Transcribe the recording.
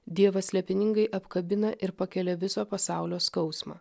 dievas slėpiningai apkabina ir pakelia viso pasaulio skausmą